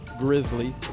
Grizzly